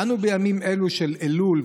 אנו בימים אלו של אלול,